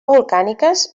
volcàniques